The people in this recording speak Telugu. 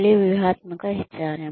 మళ్ళీ వ్యూహాత్మక HRM